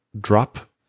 drop